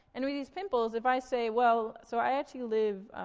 and with these pimples, if i say well, so i actually live